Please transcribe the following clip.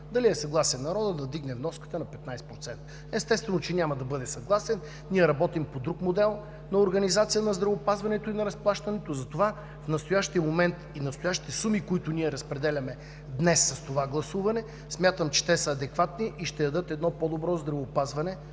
дали е съгласен народът да вдигне вноската на 15%. Естествено, че няма да бъде съгласен. Ние работим по друг модел на организация на здравеопазването и на разплащането, затова в настоящия момент и настоящите суми, които разпределяме днес с това гласуване, смятам, че са адекватни и ще дадат по-добро здравеопазване